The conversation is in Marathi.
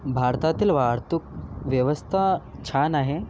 भारतातील वाहतूक व्यवस्था छान आहे